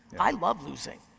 i love losing.